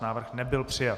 Návrh nebyl přijat.